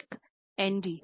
एक N D